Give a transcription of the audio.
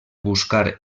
buscar